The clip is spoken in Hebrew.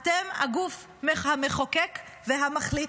אתם הגוף המחוקק והמחליט,